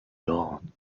dawn